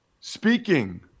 Speaking